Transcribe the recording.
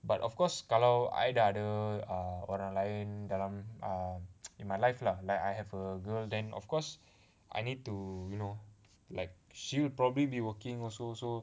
but of course kalau I dah ada err orang lain dalam in my life lah like I have a girl then of course I need to you know like she'll probably be working also so